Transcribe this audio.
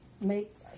make